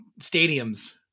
stadiums